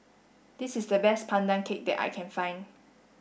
this is the best Pandan Cake that I can find